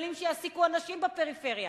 מפעלים שיעסיקו אנשים בפריפריה.